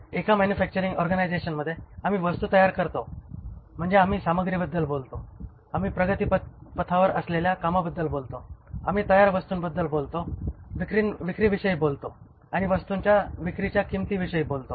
एका मॅन्युफॅक्चरिंग ऑर्गनायझेशनमध्ये आम्ही वस्तू तयार करतो म्हणजे आम्ही सामग्रीबद्दल बोलतो आम्ही प्रगतीपथावर असलेल्या कामाबद्दल बोलतो आम्ही तयार वस्तूंबद्दल बोलतो विक्रीविषयी बोलतो आणि वस्तूंच्या विक्रीच्या किंमतीबद्दल बोलतो